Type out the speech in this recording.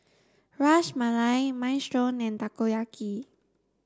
Ras Malai Minestrone and Takoyaki